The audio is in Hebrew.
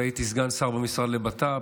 והייתי סגן שר במשרד לבט"פ,